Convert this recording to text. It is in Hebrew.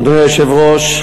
אדוני היושב-ראש,